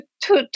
two